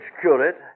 curate